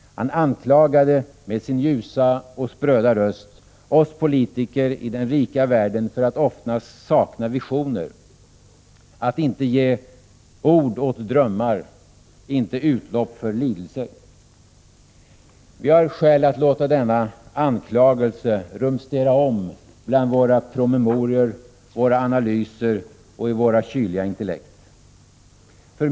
Han anklagade, med sin ljusa och spröda röst, oss politiker i den rika världen för att ofta sakna visioner, inte ge ord åt drömmar, inte ge utlopp för lidelser. Vi har skäl att låta denna anklagelse rumstera om bland våra promemorior och analyser och i våra kyliga intellekt.